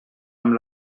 amb